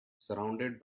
surrounded